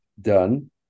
done